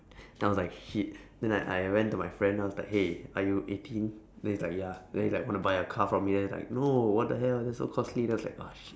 then I was like shit then I I went to my friend then I was like hey are you eighteen then he's like ya then it's like wanna buy a car from me then he was like no what the hell that's so costly then I was like ah shit